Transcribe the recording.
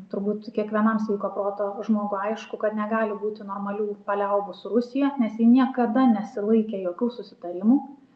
turbūt kiekvienam sveiko proto žmogui aišku kad negali būti normalių paliaubų su rusija nes ji niekada nesilaikė jokių susitarimų